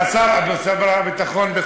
שר הביטחון פה.